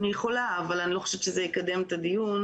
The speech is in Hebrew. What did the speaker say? אני יכולה, אבל אני לא חושבת שזה יקדם את הדיון.